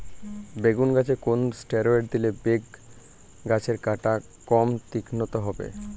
বেগুন গাছে কোন ষ্টেরয়েড দিলে বেগু গাছের কাঁটা কম তীক্ষ্ন হবে?